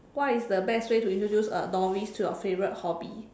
what is the best way to introduce a novice to your favourite hobby